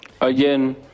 again